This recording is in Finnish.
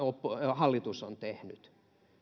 hallitus on tehnyt